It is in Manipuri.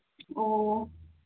ꯑꯣ